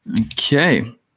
Okay